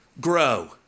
grow